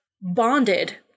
bonded